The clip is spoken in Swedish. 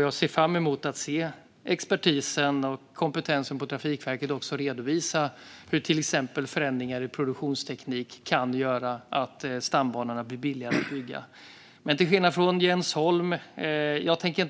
Jag ser fram emot att se expertisen och kompetensen på Trafikverket redovisa hur till exempel förändringar i produktionsteknik kan göra att stambanorna blir billigare att bygga. Till skillnad från Jens Holm tänker